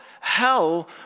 hell